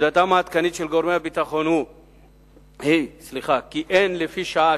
עמדתם העדכנית של גורמי הביטחון היא כי אין לפי שעה